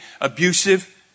abusive